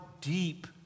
deep